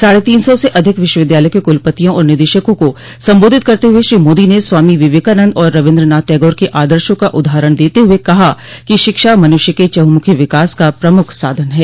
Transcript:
साढ़े तीन सौ से अधिक विश्वविद्यालयों के कुलपतियों और निदेशकों को संबोधित करते हुए श्री मोदी ने स्वामी विवेकानंद और रवीन्द्रनाथ टैगोर के आदर्शों का उदाहरण देते हुए कहा कि शिक्षा मनुष्य के चहुमुखी विकास का प्रमुख साधन है